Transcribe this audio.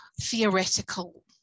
theoretical